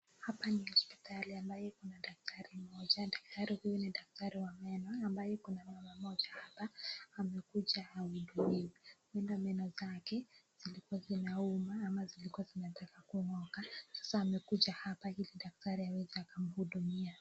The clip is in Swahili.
Hapa ni hospitali ambaye kuna daktari mmoja, daktari huyu ni daktari wa meno ambaye kuna mama mmoja hapa. Amekuja ahudumiwe meno zake zilikua zinauma ama zilikua zinataka kung'oka sasa amekuja hapa ili daktari aweze kumhudumia.